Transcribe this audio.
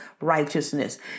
righteousness